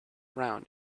around